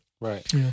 Right